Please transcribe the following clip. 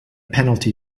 penalty